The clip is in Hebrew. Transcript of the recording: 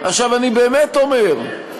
אני באמת אומר,